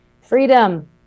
Freedom